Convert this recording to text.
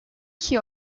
que